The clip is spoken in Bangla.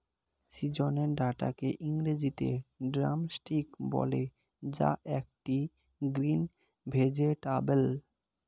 সজনে ডাটাকে ইংরেজিতে ড্রামস্টিক বলে যা একটি গ্রিন ভেজেটাবেল